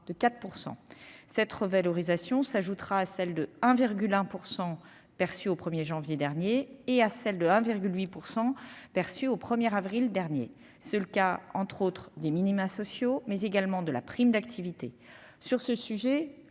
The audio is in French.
de 4 %. Cette revalorisation s'ajoutera à celle de 1,1 % décidée le 1 janvier dernier ou à celle de 1,8 % arrêtée le 1 avril dernier. C'est le cas, entre autres, des minima sociaux, mais également de la prime d'activité. Sur ce sujet,